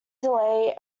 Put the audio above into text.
delay